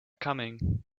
coming